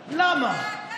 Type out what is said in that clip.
ישראל,